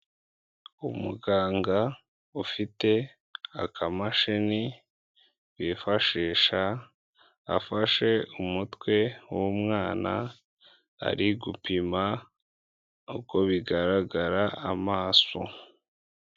Umuganga ufite akamashini bifashisha, afashe umutwe w'umwana, ari gupima uko bigaragara amaso.